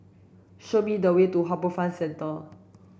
show me the way to HarbourFront Centre